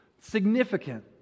significant